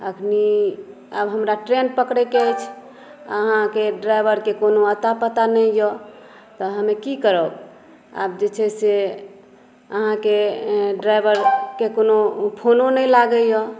अखन आब हमरा ट्रेन पकड़ैके अछि अहाँके ड्राइवरके कोनो अता पता नहि यऽ तऽ हम की करब आब जे छै से अहाँके ड्राइवरके कोनो फोनो नहि लागैया